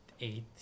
eight